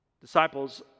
disciples